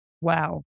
Wow